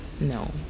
no